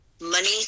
money